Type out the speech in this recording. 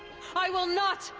i will not.